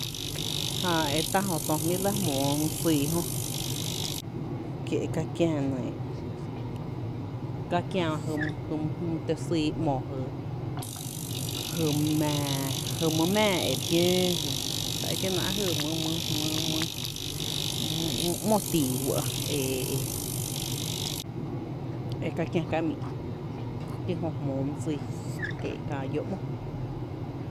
Jää e tá’ jö tö e jmíí’ re lɇ jmoo mý syy jö, kie’ ka kiä nɇɇ, ka kiä jy jy m my tǿ sýý ‘mo jy mⱥⱥ jý mý ⱥⱥ e re kiöö jy tá e kie náá’ jy mý mý mý ‘mo tii fɇ’ e e e ka kiä kamii’ kí jö jmóó mý syy kää lló’ ‘mo.